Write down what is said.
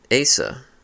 Asa